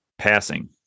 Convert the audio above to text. passing